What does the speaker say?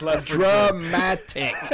Dramatic